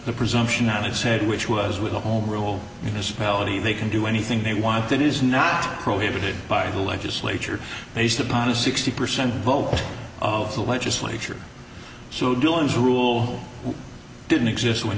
the presumption on its head which was with a home rule in this melody they can do anything they want that is not prohibited by the legislature based upon a sixty percent vote of the legislature so dylan's rule didn't exist when